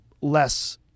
less